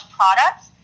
products